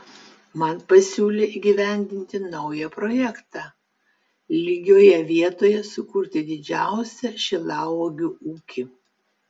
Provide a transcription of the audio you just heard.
man pasiūlė įgyvendinti naują projektą lygioje vietoje sukurti didžiausią šilauogių ūkį